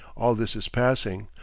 all this is passing.